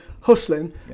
hustling